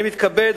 אני מתכבד,